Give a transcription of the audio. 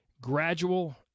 gradual